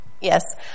Yes